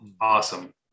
Awesome